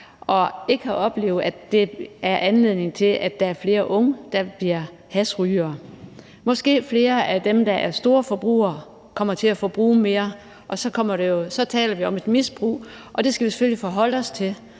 og ikke har oplevet, at det er anledning til, at der er flere unge, der bliver hashrygere. Måske kommer flere af dem, der er storforbrugere, til at forbruge mere, og så taler vi om et misbrug, og det skal vi selvfølgelig forholde os til.